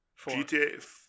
GTA